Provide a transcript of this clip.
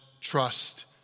trust